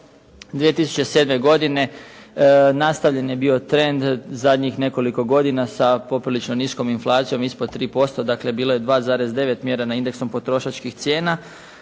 2007. godine nastavljen je bio trend zadnjih nekoliko godina sa poprilično niskom inflacijom ispod 3%, dakle, bilo je 2,9 mjera na indeksom potrošačkih cijena.